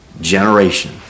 generation